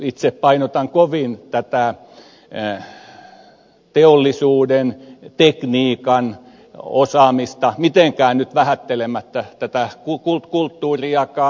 itse painotan kovin tätä teollisuuden tekniikan osaamista mitenkään nyt vähättelemättä kulttuuriakaan